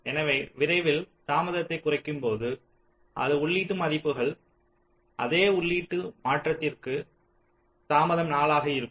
எனவே விரைவில் தாமதத்தை குறைக்கும் போது அதே உள்ளீட்டு மதிப்புகள் அதே உள்ளீட்டு மாற்றதிற்கு தாமதம் 4 ஆக இருக்கும்